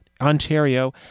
ontario